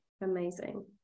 Amazing